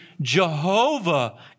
Jehovah